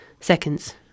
seconds